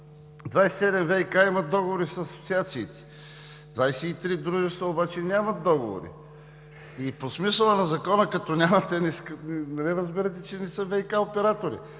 ВиК имат договори с асоциациите, 23 дружества обаче нямат договори. И по смисъла на Закона, като нямат, нали разбирате, че не са ВиК оператори?